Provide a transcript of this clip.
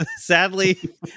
Sadly